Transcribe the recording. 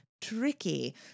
tricky